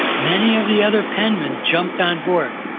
many of the other penmen jumped on board,